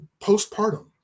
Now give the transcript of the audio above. postpartum